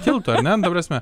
kiltų ar ne ta prasme